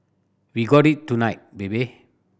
we got it tonight baby